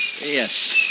Yes